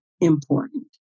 important